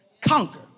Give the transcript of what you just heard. conquer